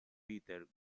peter